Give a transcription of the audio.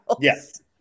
yes